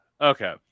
okay